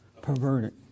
Perverted